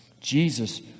Jesus